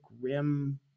Rim